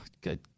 good